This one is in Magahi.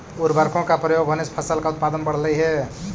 उर्वरकों का प्रयोग होने से फसल का उत्पादन बढ़लई हे